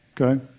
okay